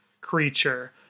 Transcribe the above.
creature